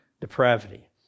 depravity